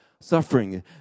Suffering